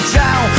down